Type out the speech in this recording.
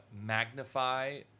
magnify